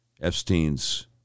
Epstein's